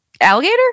alligator